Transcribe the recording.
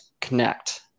Connect